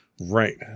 Right